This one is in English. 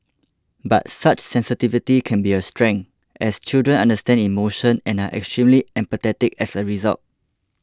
but such sensitivity can be a strength as children understand emotion and are extremely empathetic as a result